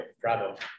Bravo